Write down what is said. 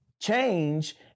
change